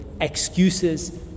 excuses